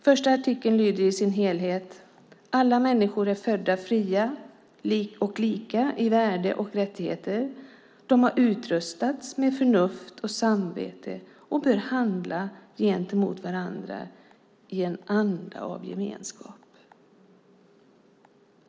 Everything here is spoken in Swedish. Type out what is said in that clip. Första artikeln lyder i sin helhet: "Alla människor är födda fria och lika i värde och rättigheter. De har utrustats med förnuft och samvete och bör handla gentemot varandra i en anda av gemenskap."